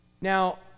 Now